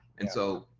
and so,